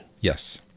Yes